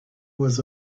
was